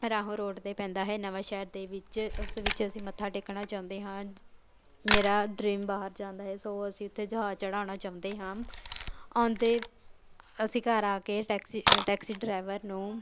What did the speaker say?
ਰਾਹੋਂ road 'ਤੇ ਪੈਂਦਾ ਹੈ ਨਵਾਂ ਸ਼ਹਿਰ ਦੇ ਵਿੱਚ ਉਸ ਵਿੱਚ ਅਸੀਂ ਮੱਥਾ ਟੇਕਣਾ ਚਾਹੁੰਦੇ ਹਾਂ ਮੇਰਾ ਡ੍ਰੀਮ ਬਾਹਰ ਜਾਣ ਦਾ ਹੈ ਸੋ ਅਸੀਂ ਉਥੇ ਜਹਾਜ਼ ਚੜਾਉਣਾ ਚਾਹੁੰਦੇ ਹਾਂ ਆਉਂਦੇ ਅਸੀਂ ਘਰ ਆ ਕੇ ਟੈਕਸੀ ਟੈਕਸੀ ਡਰਾਈਵਰ ਨੂੰ